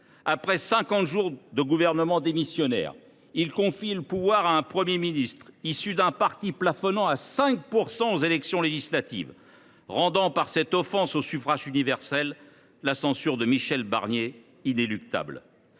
Après cinquante jours de gouvernement démissionnaire, il confie le pouvoir à un Premier ministre issu d’un parti plafonnant à 5 % aux élections législatives, rendant inéluctable, par cette offense au suffrage universel, la censure de Michel Barnier. Le budget